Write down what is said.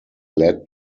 led